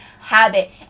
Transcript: habit